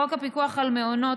חוק הפיקוח על מעונות,